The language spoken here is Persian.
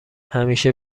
همیشه